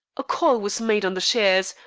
a call was made on the shares,